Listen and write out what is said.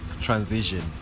transition